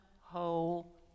whole